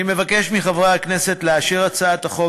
אני מבקש מחברי הכנסת לאשר את הצעת החוק